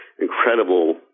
incredible